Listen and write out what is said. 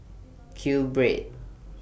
Q Bread